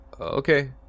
Okay